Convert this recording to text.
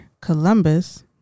columbus